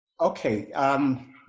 Okay